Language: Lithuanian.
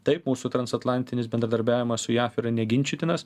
taip mūsų transatlantinis bendradarbiavimas su jav yra neginčytinas